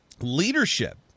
leadership